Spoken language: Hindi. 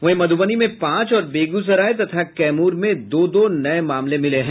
वहीं मध्रबनी में पांच और बेगूसराय तथा कैमूर में दो दो नये मामले मिले है